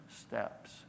steps